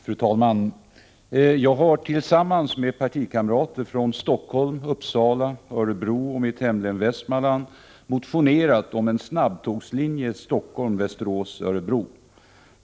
Fru talman! Jag har tillsammans med partikamrater från Stockholm, Uppsala, Örebro och mitt hemlän Västmanland motionerat om en snabbtågslinje Stockholm-Västerås-Örebro.